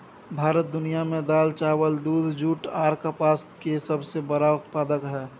भारत दुनिया में दाल, चावल, दूध, जूट आर कपास के सबसे बड़ा उत्पादक हय